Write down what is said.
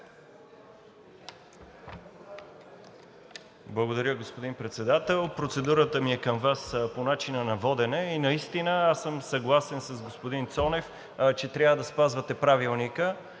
Благодаря, господин Председател. Процедурата ми е към Вас по начина на водене. Наистина аз съм съгласен с господин Ганев, че трябва да спазвате Правилника